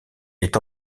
est